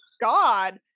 God